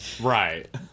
Right